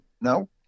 No